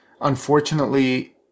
unfortunately